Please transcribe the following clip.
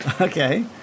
Okay